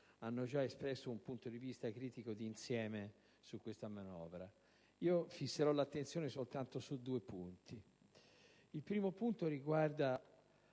hanno già espresso un punto di vista critico d'insieme su questa manovra. Fisserò l'attenzione soltanto su due punti. Il primo punto riguarda